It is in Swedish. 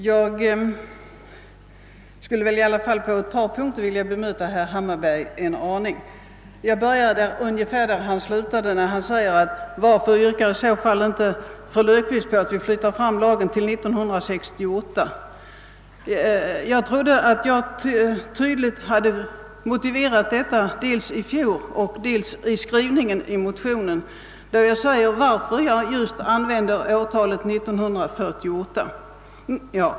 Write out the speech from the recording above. Herr talman! Jag vill på ett par punkter bemöta herr Hammarberg. Jag börjar ungefär där han slutade, nämligen med hans fråga varför jag inte yrkar på att den för lagens tillämpning avgörande tidpunkten flyttas fram till 1968. Jag har tydligt motiverat detta dels i fjol, dels i min motion, där jag angivit varför jag valt årtalet 1948.